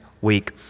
week